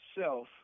self